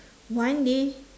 one day